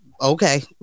okay